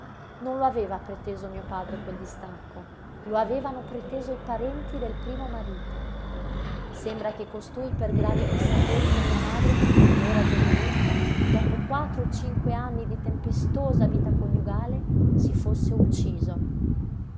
non lo aveva preteso mio padre quel distacco lo avevano preteso i parenti del primo marito sembra che costui per gravi dissapori con mia madre allora giovinetta dopo quattro o cinque anni di tempestosa vita coniugale si fosse ucciso